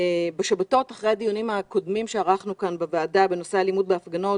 בשבתות אחרי הדיונים הקודמים שערכנו כאן בוועדה בנושא אלימות בהפגנות